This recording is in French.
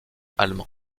allemand